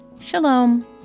Shalom